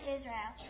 Israel